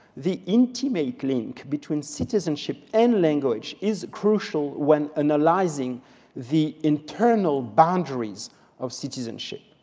the intimate link between citizenship and language is crucial when analyzing the internal boundaries of citizenship.